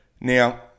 Now